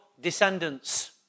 descendants